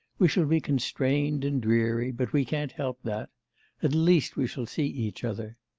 we shall be constrained and dreary, but we can't help that at least we shall see each other.